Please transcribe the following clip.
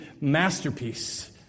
masterpiece